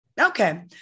Okay